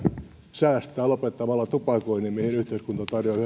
säästää lopettamalla tupakoinnin mihin yhteiskunta tarjoaa